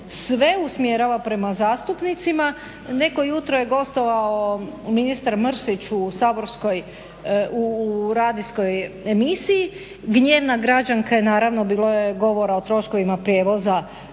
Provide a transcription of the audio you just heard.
sve usmjerava prema zastupnicima. Neko jutro je gostovao ministar Mrsić u saborskoj, u radijskoj emisiji. Gnjevna građanka je, naravno bilo je govora o troškovima prijevoza